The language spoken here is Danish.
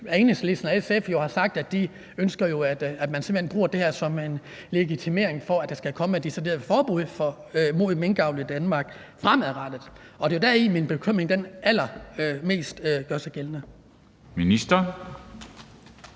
Enhedslisten og SF, jo har sagt, at de ønsker, at man simpelt hen bruger det her som en legitimering af, at der skal komme et decideret forbud mod minkavl i Danmark fremadrettet, og det er der, hvor min bekymring mest ligger.